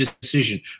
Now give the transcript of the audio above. decision